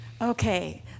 Okay